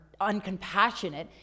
uncompassionate